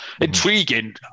Intriguing